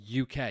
UK